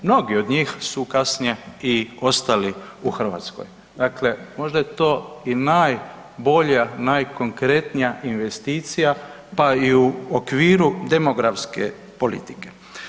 Mnogi od njih su kasnije ostali u Hrvatskoj, dakle možda je to i najbolja, najkonkretnija investicija pa i u okviru demografske politike.